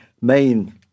main